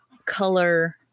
color